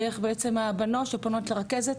דרך בעצם הבנות שפונות לרכזת,